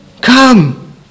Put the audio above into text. come